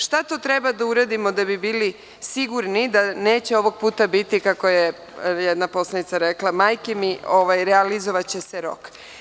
Šta to treba da uradimo da bi bili sigurni da neće ovog puta biti kako je jedna poslanica rekla – majke mi, realizovaće se rok.